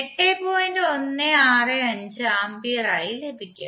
165 ആമ്പിയറായി ലഭിക്കും